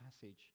passage